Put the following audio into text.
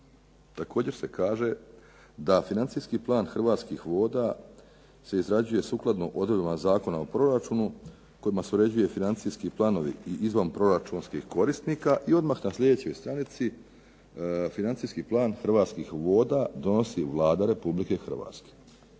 također se kaže da financijski plan hrvatskih voda se izrađuje sukladno odredbama Zakona o proračunu kojima se uređuje financijski planovi i izvanproračunskih korisnika i odmah na slijedećoj stranici financijski plan hrvatskih voda donosi Vlada RH. A kada sam